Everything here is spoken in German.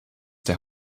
der